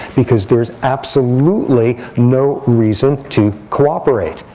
because there's absolutely no reason to cooperate,